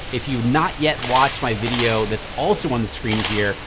if you've not yet watched my video that's also on the screen here,